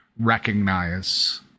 recognize